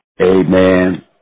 Amen